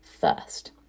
first